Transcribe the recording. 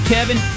Kevin